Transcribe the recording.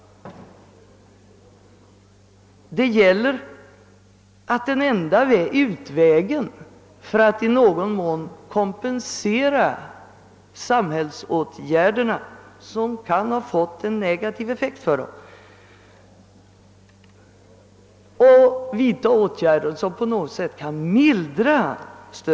Den enda utvägen för att i någon mån kompensera dem för de samhällsåtgärder som kan ha fått en negativ effekt för dem, är att vidta åtgärder som på något sätt kan mildra stöten.